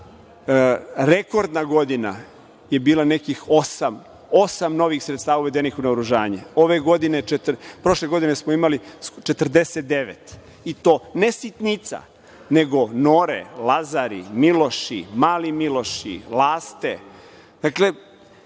rekordna godina je bila nekih osam novih sredstava uvedenih u naoružanje. Prošle godine smo imali 49 i to ne sitnica, nego „Nore“, „Lazari“, „Miloši“, „Mali Miloši“,